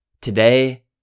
Today